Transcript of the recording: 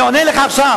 אני עונה לך עכשיו.